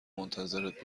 منتظرت